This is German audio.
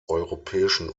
europäischen